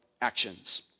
actions